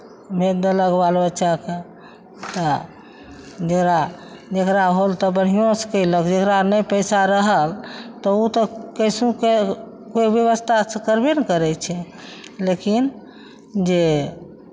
भेज देलक बाल बच्चाकेँ तऽ जकरा जकरा होल तऽ बढिओँसँ कयलक जकरा नहि पैसा रहल तऽ उ तऽ कैसहू कऽ कोइ व्यवस्थासँ करबे ने करै छै लेकिन जे